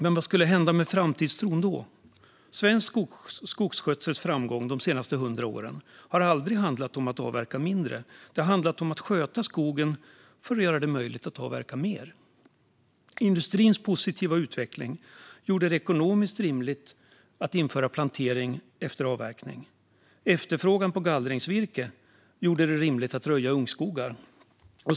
Men vad skulle hända med framtidstron då? Svensk skogsskötsels framgång de senaste 100 åren har aldrig handlat om att avverka mindre utan om att sköta skogen för att göra det möjligt att avverka mer. Industrins positiva utveckling gjorde det ekonomiskt rimligt att införa plantering efter avverkning. Efterfrågan på gallringsvirke gjorde det rimligt att röja ungskogar.